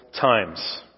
times